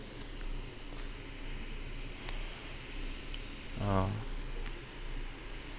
ah